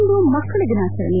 ಇಂದು ಮಕ್ಕಳ ದಿನಾಚರಣೆ